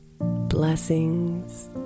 Blessings